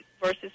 versus